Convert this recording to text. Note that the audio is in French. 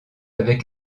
avec